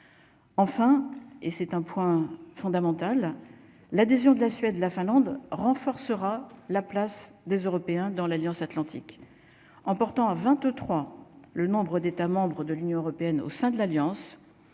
Enfin, et c'est un point fondamental : l'adhésion de la Suède, la Finlande, renforcera la place des Européens dans l'Alliance Atlantique en portant à 23 le nombre d'États de l'Union européenne au sein de l'Alliance